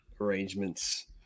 arrangements